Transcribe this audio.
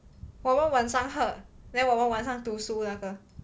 我们晚上喝 then 我们晚上读书那个